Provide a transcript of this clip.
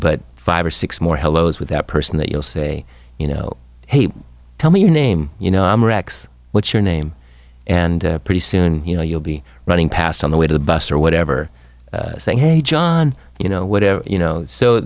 but five or six more hellos with that person that you'll say you know hey tell me your name you know i'm rex what's your name and pretty soon you know you'll be running past on the way to the bus or whatever saying hey john you know whatever you know so